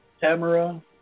Tamara